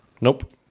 Nope